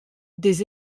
des